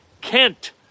Kent